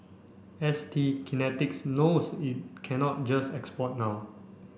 S T Kinetics knows it cannot just export now